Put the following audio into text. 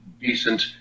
decent